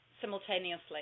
simultaneously